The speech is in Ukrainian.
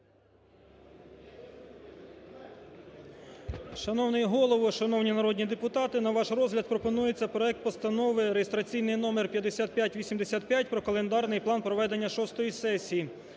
Шановний Голово, шановні народні депутати! На ваш розгляд пропонується проект Постанови (реєстраційний номер 5585) про календарний план проведення шостої сесії